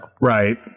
Right